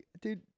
Dude